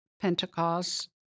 Pentecost